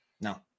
No